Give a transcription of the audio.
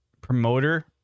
promoter